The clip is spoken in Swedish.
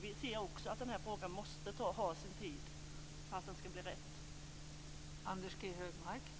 Vi ser också att den här frågan måste få den tid som behövs för att det skall bli rätt.